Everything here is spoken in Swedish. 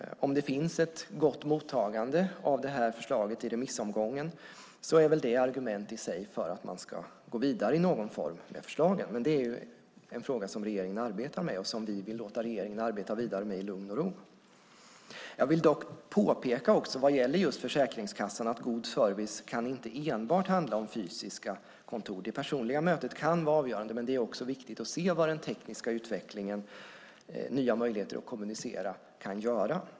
Om det blir ett gott mottagande av det här förslaget i remissomgången är det väl ett argument i sig för att man ska gå vidare med förslagen i någon form. Det är en fråga som regeringen arbetar med och som vi vill låta regeringen arbeta vidare med i lugn och ro. När det gäller Försäkringskassan vill jag dock påpeka att god service inte enbart kan handla om fysiska kontor. Det personliga mötet kan vara avgörande, men det är också viktigt att se vad den tekniska utvecklingen och nya möjligheter att kommunicera kan göra.